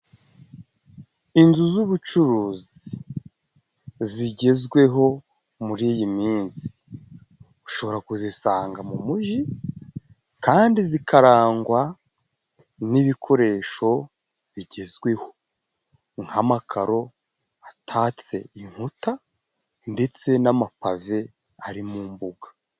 Inzu z'ubucuruzi zigezweho muri iyi minsi, ushobora kuzisanga mu muji kandi zikarangwa n'ibikoresho bigezweho nk'amakaro atatse inkuta, ndetse n'amapave ari mu mbuga.